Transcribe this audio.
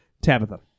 Tabitha